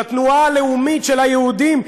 של התנועה הלאומית של היהודים,